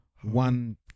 one